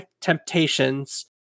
temptations